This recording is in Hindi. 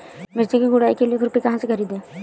मिर्च की गुड़ाई के लिए खुरपी कहाँ से ख़रीदे?